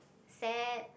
sad